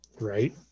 right